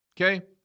Okay